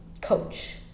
coach